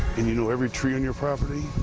and you know every tree on your property,